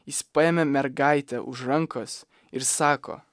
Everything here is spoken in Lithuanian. jis paėmė mergaitę už rankos ir sako